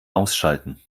ausschalten